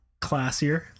classier